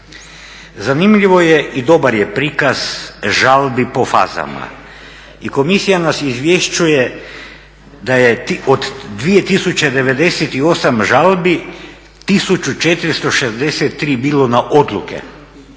Zanimljivo je i dobar je prikaz žalbi po fazama. I komisija nas izvješćuje da je od 2098 žalbi 1463 bilo na odluke